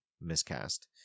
miscast